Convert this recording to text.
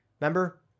Remember